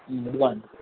ఇదిగోండి